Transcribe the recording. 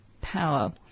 power